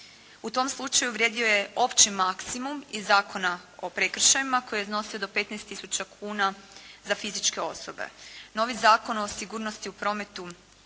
U tom slučaju vrijedio je opći maksimum iz Zakona o prekršajima koji je iznosio do 15 tisuća kuna za fizičke osobe. Novi Zakon o sigurnosti u prometu